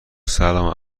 سلام